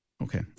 Okay